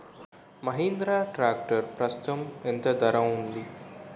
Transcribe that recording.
Mahindra tractor ప్రస్తుతం ఎంత ధర ఉంది?